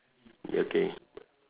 okay